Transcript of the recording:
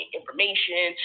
information